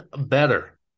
better